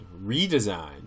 redesigned